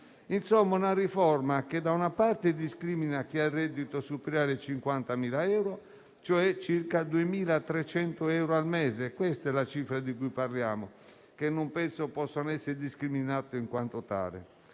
Insomma, è una riforma che discrimina chi ha reddito superiore a 50.000, cioè circa 2.300 euro al mese - questa è la cifra di cui parliamo - che non penso possa essere discriminato in quanto tale,